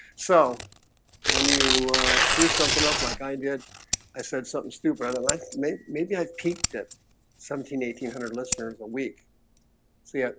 so when you screw something up like i did i said something stupid either like me maybe i've peaked it seventeen eighteen hundred listeners a week so yeah,